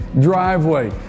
driveway